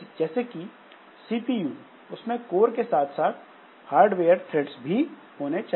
जैसे कि सीपीयू उसमें कोर के साथ साथ हार्डवेयर थ्रेड्स भी होने चाहिए